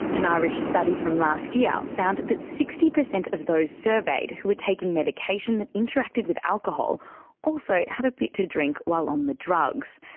an irish study from last year found that sixty percent of those surveyed who were taking medication that interacted with alcohol also had a bit to drink while on the drugs.